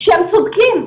כשהם צודקים.